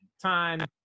time